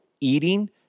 eating